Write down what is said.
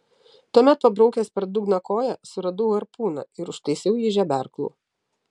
tuomet pabraukęs per dugną koja suradau harpūną ir užtaisiau jį žeberklu